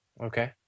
Okay